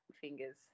fingers